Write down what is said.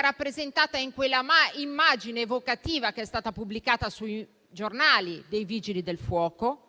rappresentata in quella immagine evocativa pubblicata sui giornali, dei Vigili del fuoco,